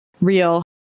real